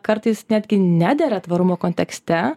kartais netgi nedera tvarumo kontekste